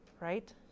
Right